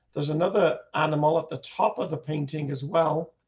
there's another animal at the top of the painting as well,